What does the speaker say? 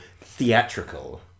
theatrical